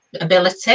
ability